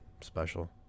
special